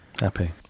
Happy